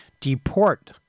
deport